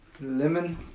lemon